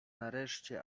nareszcie